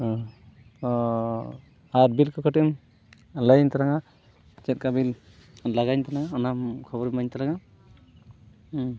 ᱦᱮᱸ ᱚᱻ ᱟᱨ ᱵᱤᱞ ᱠᱚ ᱠᱟᱹᱴᱤᱡ ᱮᱢ ᱞᱟᱹᱭᱟᱹᱧ ᱛᱟᱞᱟᱝᱼᱟ ᱪᱮᱫ ᱞᱮᱠᱟ ᱵᱤᱞ ᱞᱟᱜᱟᱣᱤᱧ ᱠᱟᱱᱟ ᱚᱱᱟᱢ ᱠᱷᱚᱵᱚᱨ ᱤᱢᱟᱹᱧ ᱛᱟᱞᱟᱝᱟᱢ ᱦᱮᱸ